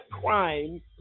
crime